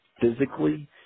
Physically